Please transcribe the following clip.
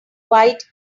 white